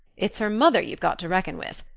it's her mother you've got to reckon with.